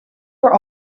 were